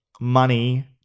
money